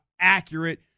accurate